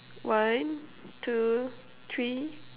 one two three